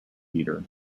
heater